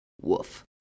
woof